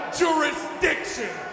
jurisdiction